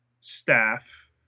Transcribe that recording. staff